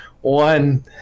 One